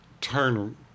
turn